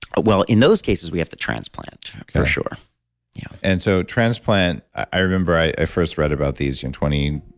well, in those cases we have to transplant for sure and so, transplant. i remember i first read about these in twenty,